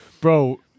Bro